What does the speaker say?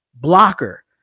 blocker